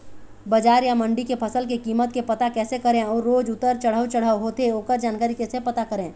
बजार या मंडी के फसल के कीमत के पता कैसे करें अऊ रोज उतर चढ़व चढ़व होथे ओकर जानकारी कैसे पता करें?